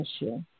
issue